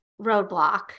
roadblock